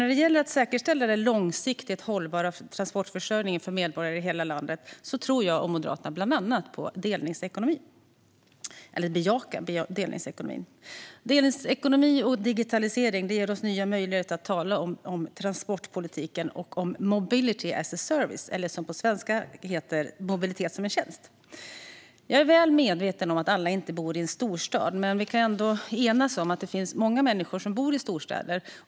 När det gäller att säkerställa en långsiktigt hållbar transportförsörjning för hela landets medborgare tror jag och Moderaterna bland annat på att bejaka delningsekonomi. Delningsekonomi och digitalisering ger oss nya möjligheter att tala om transportpolitiken och om mobility as a service, mobilitet som tjänst. Jag är väl medveten om att alla inte bor i en storstad, men vi kan ändå enas om att många människor bor i storstäder.